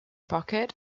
pocket